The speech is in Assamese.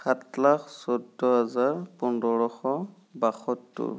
সাত লাখ চৈধ্য হাজাৰ পোন্ধৰশ বাসত্তৰ